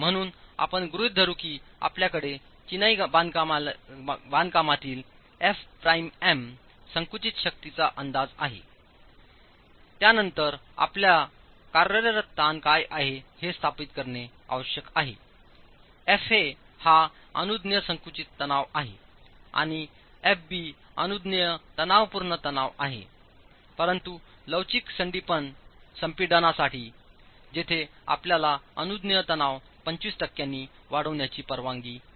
म्हणून आपण गृहीत धरू की आपल्याकडे चीनाई बांधकामातील f प्राइम m संकुचित शक्तीचा अंदाज आहे त्यानंतर आपल्याला कार्यरत ताण काय आहे हे स्थापित करणे आवश्यक आहे Fa हा अनुज्ञेय संकुचित तणाव आहे आणि Fbअनुज्ञेय तणावपूर्ण तणाव आहे परंतु लवचिक संपीडनसाठी जिथे आपल्याला अनुज्ञेय तणाव 25 टक्क्यांनी वाढविण्याची परवानगी आहे